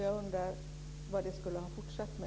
Jag undrar vad den meningen skulle ha fortsatt med.